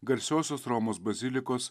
garsiosios romos bazilikos